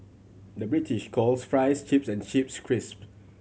the British calls fries chips and chips crisp